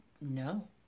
No